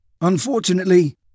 Unfortunately